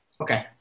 Okay